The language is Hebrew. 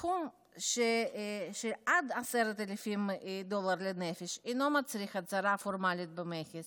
סכום עד 10,000 דולר לנפש אינו מצריך הצהרה פורמלית במכס,